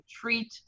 treat